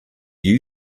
you